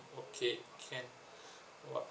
okay can what